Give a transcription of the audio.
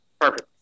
Perfect